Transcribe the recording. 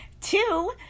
Two